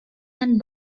and